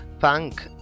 Punk